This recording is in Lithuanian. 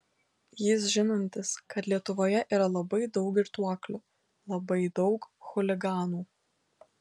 jis žinantis kad lietuvoje yra labai daug girtuoklių labai daug chuliganų